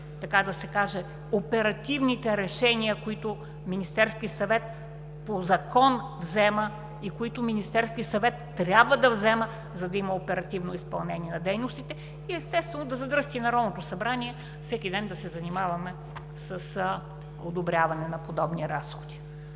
така да се каже, оперативните решения, които Министерският съвет по закон взема и които Министерският съвет трябва да взема, за да има оперативно изпълнение на дейностите, и естествено да задръсти Народното събрание всеки ден да се занимаваме с одобряване на подобни разходи.